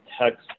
text